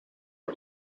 for